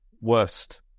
worst